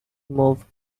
moved